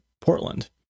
Portland